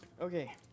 Okay